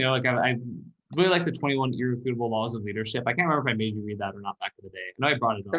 yeah like and i really like the twenty one irrefutable laws of leadership. i can't remember if i made you read that or not back to the day. and i brought it. but